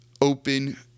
open